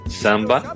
samba